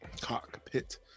cockpit